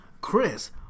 Chris